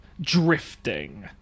drifting